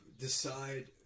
decide